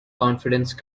confidence